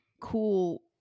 cool